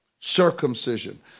Circumcision